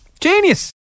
Genius